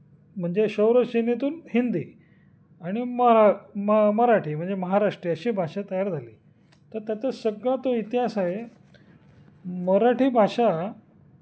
म्हणजे शौरसेनीतून हिंदी आणि मरा म मराठी म्हणजे महाराष्ट्री अशी भाषा तयार झाली तर त्याचा सगळा तो इतिहास आहे मराठी भाषा